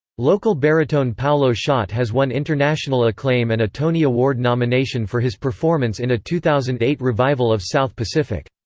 local baritone paulo szot has won international acclaim and a tony award nomination for his performance in a two thousand and eight revival of south pacific.